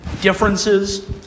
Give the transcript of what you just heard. differences